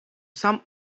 some